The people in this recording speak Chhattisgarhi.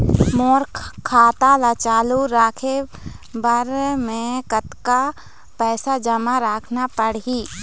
मोर खाता ला चालू रखे बर म कतका पैसा जमा रखना पड़ही?